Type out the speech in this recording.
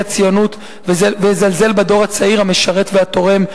הציונות ולזלזל בדור הצעיר המשרת והתורם,